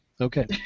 Okay